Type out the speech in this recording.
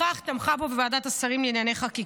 כולכם יודעים שחבר הכנסת טופורובסקי משקיע